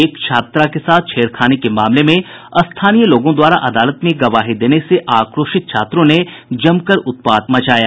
एक छात्रा के साथ छेड़खानी के मामले में स्थानीय लोगों द्वारा अदालत में गवाही देने से आक्रोशित छात्रों ने जमकर उत्पात मचाया